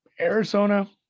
Arizona